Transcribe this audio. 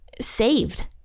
saved